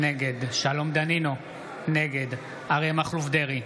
נגד שלום דנינו, נגד אריה מכלוף דרעי,